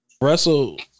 Russell